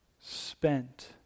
spent